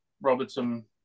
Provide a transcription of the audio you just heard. Robertson